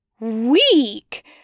Week